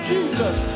Jesus